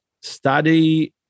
Study